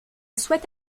souhaite